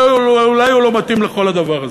אולי הוא לא מתאים לכל הדבר הזה.